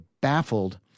baffled